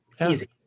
Easy